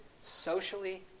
socially